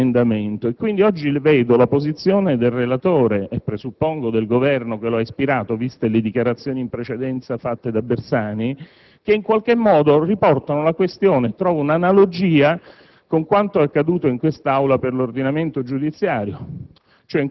parte della CISL e di altre organizzazioni sindacali su questo emendamento. Oggi vedo la posizione del relatore - e presuppongo del Governo che lo ha ispirato, considerate le dichiarazioni in precedenza fatte da Bersani - e in qualche modo trovo un'analogia